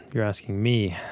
you're asking me.